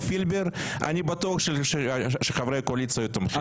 פילבר אני בטוח שחברי הקואליציה היו תומכים.